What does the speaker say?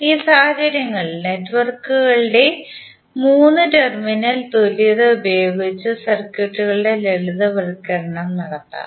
ഈ സാഹചര്യങ്ങളിൽ നെറ്റ്വർക്കുകളുടെ 3 ടെർമിനൽ തുല്യത ഉപയോഗിച്ച് സർക്യൂട്ടുകളുടെ ലളിതവൽക്കരണം നടത്താം